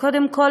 קודם כול,